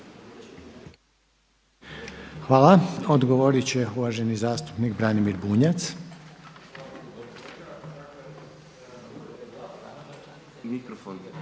Hvala. Odgovorit će uvaženi zastupnik Branimir Bunjac. **Bunjac,